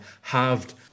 halved